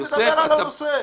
אני מדבר על הנושא.